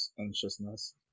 anxiousness